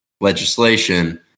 legislation